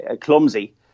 clumsy